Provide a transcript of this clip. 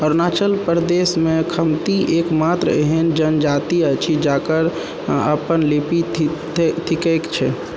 अरुणाचल प्रदेशमे खमती एकमात्र एहन जनजाति अछि जकर अपन लिपि थिकैक छै